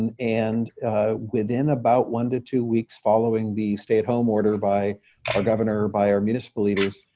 and and within about one to two weeks following the stay-at-home ordered by our governor, by our municipal leaders,